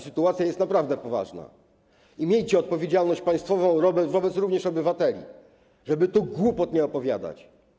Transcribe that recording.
Sytuacja jest naprawdę poważna i miejcie odpowiedzialność państwową również wobec obywateli, żeby tu głupot nie opowiadać.